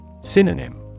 Synonym